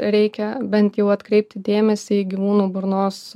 reikia bent jau atkreipti dėmesį į gyvūnų burnos